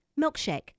milkshake